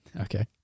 Okay